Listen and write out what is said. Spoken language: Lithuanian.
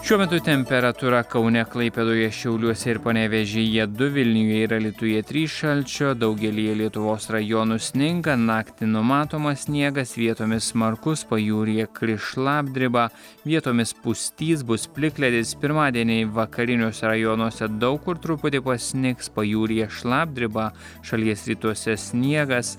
šiuo metu temperatūra kaune klaipėdoje šiauliuose ir panevėžyje du vilniuje ir alytuje trys šalčio daugelyje lietuvos rajonų sninga naktį numatomas sniegas vietomis smarkus pajūryje kris šlapdriba vietomis pustys bus plikledis pirmadienį vakariniuose rajonuose daug kur truputį pasnigs pajūryje šlapdriba šalies rytuose sniegas